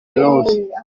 love